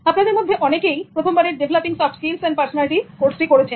আপনাদের মধ্যে অনেকেই প্রথমবারের developing soft skills and personality কোর্সটি করছেন